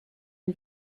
une